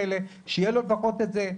שיהיה לו לפחות את זה.